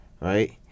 right